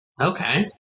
Okay